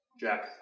Jack